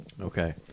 okay